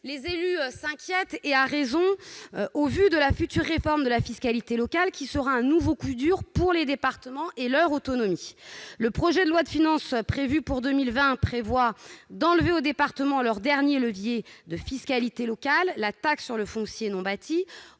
Les élus s'inquiètent à juste titre de la future réforme de la fiscalité locale, qui portera un nouveau coup dur aux départements et à leur autonomie. Le projet de loi de finances pour 2020 prévoit d'ôter aux départements leur dernier levier en matière de fiscalité locale, la taxe sur le foncier non bâti,